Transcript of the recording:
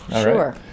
sure